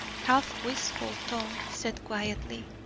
half-wistful tone said quietly